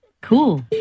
Cool